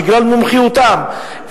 בגלל מומחיותם,